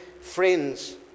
friends